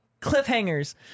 cliffhangers